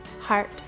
heart